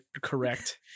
correct